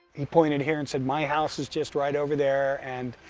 he pointed here and said my house is just right over there and